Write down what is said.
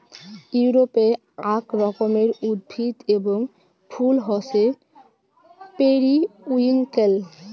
ইউরোপে আক রকমের উদ্ভিদ এবং ফুল হসে পেরিউইঙ্কেল